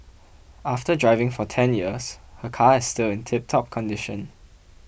after driving for ten years her car is still in tiptop condition